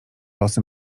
losy